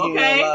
Okay